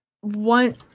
One